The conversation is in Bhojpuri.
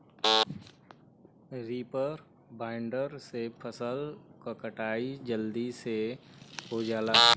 रीपर बाइंडर से फसल क कटाई जलदी से हो जाला